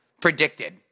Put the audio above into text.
predicted